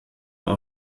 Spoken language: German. mal